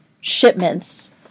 shipments